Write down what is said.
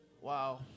Wow